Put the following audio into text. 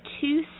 two